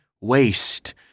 waste